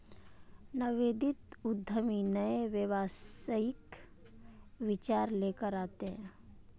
नवोदित उद्यमी नए व्यावसायिक विचार लेकर आते हैं